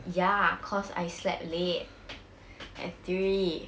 ya because I slept late at three